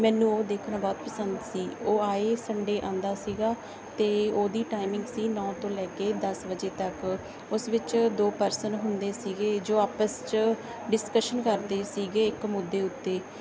ਮੈਨੂੰ ਉਹ ਦੇਖਣਾ ਬਹੁਤ ਪਸੰਦ ਸੀ ਉਹ ਆਏ ਸੰਡੇ ਆਉਂਦਾ ਸੀਗਾ ਅਤੇ ਉਹਦੀ ਟਾਈਮਿੰਗ ਸੀਗੀ ਨੌਂ ਤੋਂ ਲੈ ਕੇ ਦਸ ਵਜੇ ਤੱਕ ਉਸ ਵਿੱਚ ਦੋ ਪਰਸਨ ਹੁੰਦੇ ਸੀਗੇ ਜੋ ਆਪਸ 'ਚ ਡਿਸਕਸ਼ਨ ਕਰਦੇ ਸੀਗੇ ਇੱਕ ਮੁੱਦੇ ਉੱਤੇ